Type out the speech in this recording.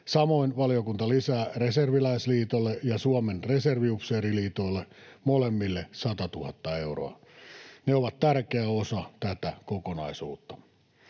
Samoin valiokunta lisää Reserviläisliitolle ja Suomen Reserviupseeriliitolle molemmille 100 000 euroa. Ne ovat tärkeä osa tätä kokonaisuutta.